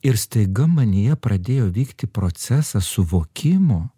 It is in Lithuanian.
ir staiga manyje pradėjo vykti procesas suvokimo